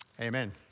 amen